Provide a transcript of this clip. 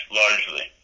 largely